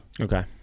okay